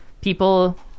people